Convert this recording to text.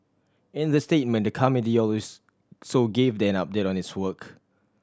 in the statement the committee so gave an update on its work